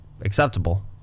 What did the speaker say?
acceptable